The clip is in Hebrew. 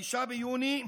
ב-5 ביוני,